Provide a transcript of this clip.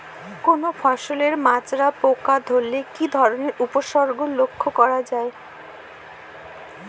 কোনো ফসলে মাজরা পোকা ধরলে কি ধরণের উপসর্গ লক্ষ্য করা যায়?